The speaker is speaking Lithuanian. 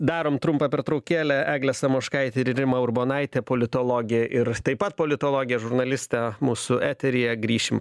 darom trumpą pertraukėlę eglė samoškaitė ir rima urbonaitė politologė ir taip pat politologė žurnalistė mūsų eteryje grįšim